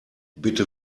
bitte